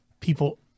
people